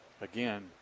Again